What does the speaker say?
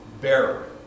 bearer